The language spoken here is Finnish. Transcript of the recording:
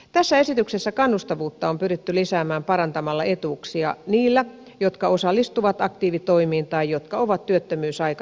tässä esityksessä kannustavuutta on pyritty lisäämään parantamalla etuuksia niillä jotka osallistuvat aktiivitoimiin tai jotka ovat työttömyysaikana työssä